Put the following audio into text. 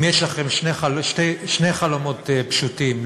אם יש לכם שני חלומות פשוטים,